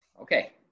Okay